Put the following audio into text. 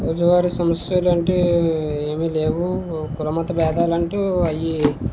రోజువారీ సమస్యలు అంటే ఏమి లేవు కులమత భేదాలంటు అవి